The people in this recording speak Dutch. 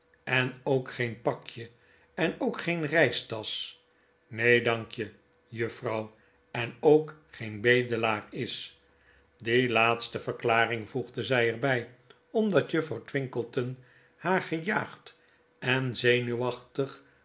en ook geen pakje en ook geen reistasch neen dankje juffrouw en ook geen bedelaar is die laatste verklaring voegde zy er by omdat juffrouw twinkleton haar gejaagd en zenuwachtig